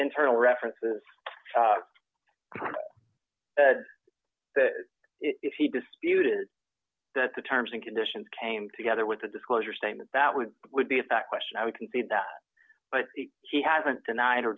internal references d if he disputed that the terms and conditions came together with a disclosure statement that would would be a fact question i would concede that but he hasn't denied or